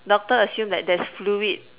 doctor assumed that there's fluid